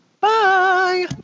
Bye